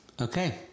Okay